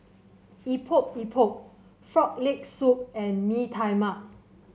Epok Epok Frog Leg Soup and Mee Tai Mak